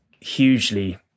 hugely